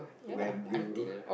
when you